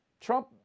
Trump